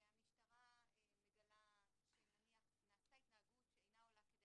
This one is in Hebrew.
והיא מגלה נניח שנעשתה התנהגות שאינה עולה כדי